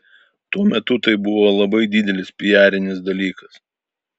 tuo metu tai buvo labai didelis piarinis dalykas